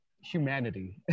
humanity